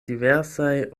diversaj